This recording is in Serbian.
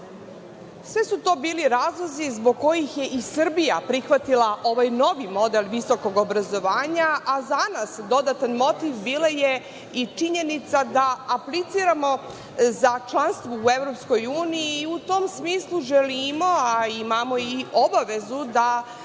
Sve su to bili razlozi zbog kojih je i Srbija prihvatila ovaj novi model visokog obrazovanja.Za nas dodatan motiv bila je i činjenica da apliciramo za članstvo u Evropskoj uniji i u tom smislu želimo, a imamo i obavezu, da